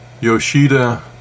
Yoshida